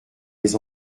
les